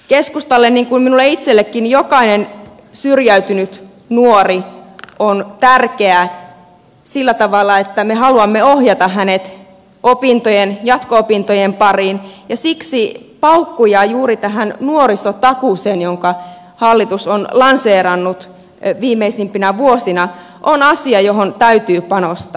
keskustalle niin kuin minulle itsellenikin jokainen syrjäytynyt nuori on tärkeä sillä tavalla että me haluamme ohjata hänet jatko opintojen pariin ja siksi paukut juuri tähän nuorisotakuuseen jonka hallitus on lanseerannut viimeisimpinä vuosina on asia johon täytyy panostaa